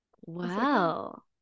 Wow